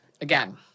again